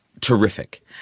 terrific